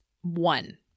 One